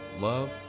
love